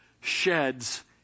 sheds